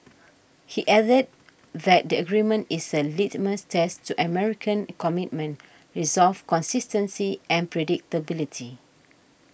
he added that the agreement is a litmus test to American commitment resolve consistency and predictability